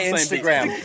Instagram